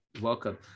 welcome